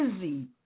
busy